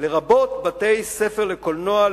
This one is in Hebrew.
לרבות בתי-ספר לקולנוע,